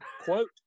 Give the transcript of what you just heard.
Quote